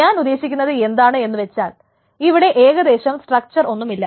ഞാൻ ഉദ്ദേശിക്കുന്നത് എന്താണ് എന്ന് വച്ചാൽ ഇവിടെ ഏകദേശം സ്ട്രക്ച്ചർ ഒന്നുമില്ല